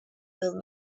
will